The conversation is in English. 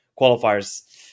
qualifiers